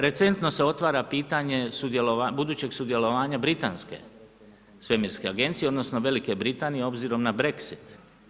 Recentno se otvara pitanje budućeg sudjelovanja britanske svemirske agencije odnosno Velike Britanije obzirom na Brexit.